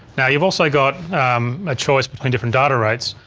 now you've also got a choice between different data rates.